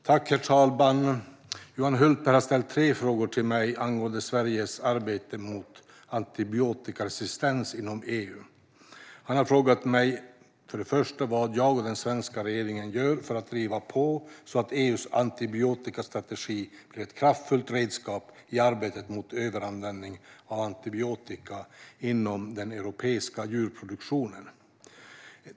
Herr talman! Johan Hultberg har ställt tre frågor till mig angående Sveriges arbete mot antibiotikaresistens inom EU. Den första frågan gäller vad jag och den svenska regeringen gör för att driva på så att EU:s antibiotikastrategi blir ett kraftfullt redskap i arbetet mot överanvändning av antibiotika inom den europeiska djurproduktionen.